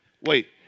Wait